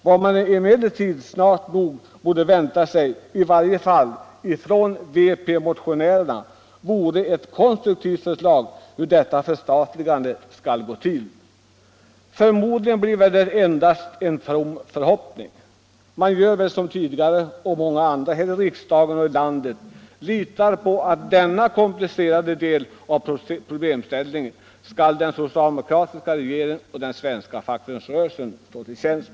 Vad man emellertid snart borde kunna vänta sig — i varje fall från vpk-motionärerna — är ett konstruktivt förslag på hur detta förstatligande skall gå till. Förmodligen blir det bara en from förhoppning. Man gör väl som tidigare - såsom det har skett både här i riksdagen och ute i landet — nämligen litar på att den socialdemokratiska regeringen och den svenska fackföreningsrörelsen skall stå till tjänst med att lösa denna komplicerade del av problemet.